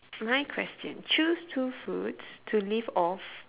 my question choose two foods to live off